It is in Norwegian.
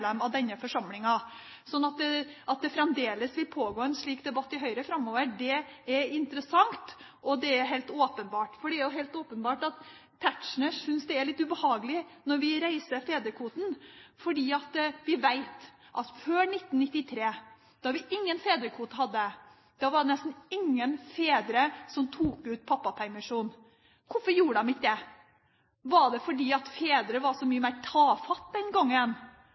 denne forsamlingen. At det fremdeles vil pågå en slik debatt i Høyre framover, er interessant. Det er jo helt åpenbart at Tetzschner synes det er litt ubehagelig når vi tar opp fedrekvoten, fordi vi vet at før 1993 – da vi ikke hadde noen fedrekvote – var det nesten ingen fedre som tok ut pappapermisjon. Hvorfor gjorde de ikke det? Var det fordi fedre var så mye mer tafatte den gangen?